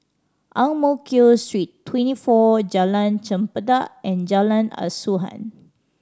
Ang Mo Kio Street Twenty Four Jalan Chempedak and Jalan Asuhan